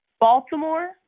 Baltimore